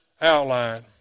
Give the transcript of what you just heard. outline